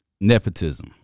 nepotism